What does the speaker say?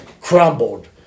crumbled